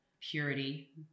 purity